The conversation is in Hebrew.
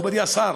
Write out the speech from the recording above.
מכובדי השר,